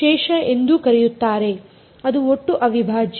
ಅದು ಒಟ್ಟು ಅವಿಭಾಜ್ಯ